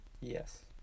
Yes